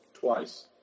twice